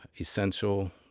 essential